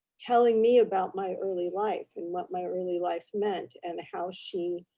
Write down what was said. telling me about my early life and what my early life meant, and how she